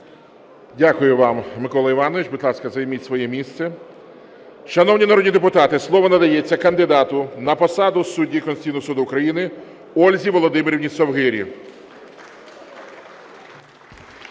Дякую вам, Микола Іванович. Будь ласка, займіть своє місце. Шановні народні депутати, слово надається кандидату на посаду судді Конституційного Суду України Ользі Володимирівні Совгирі.